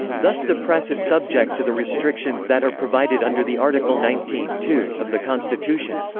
thus the press is subject to the restrictions that are provided under the article nineteen two of the constitution.